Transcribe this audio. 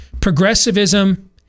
progressivism